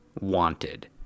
wanted